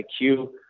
IQ